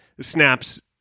snaps